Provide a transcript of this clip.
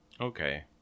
Okay